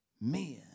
men